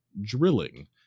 drilling